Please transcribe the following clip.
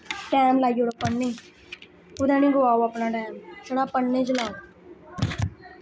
time लाई ओड़ो पढ़ने गी कुतै निं गोआओ अपना टैम छड़ा पढ़ने च लाओ